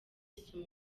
soma